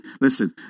Listen